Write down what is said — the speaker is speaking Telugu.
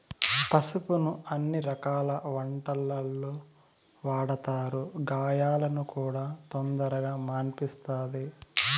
పసుపును అన్ని రకాల వంటలల్లో వాడతారు, గాయాలను కూడా తొందరగా మాన్పిస్తది